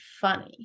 funny